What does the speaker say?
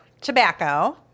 Tobacco